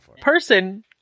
person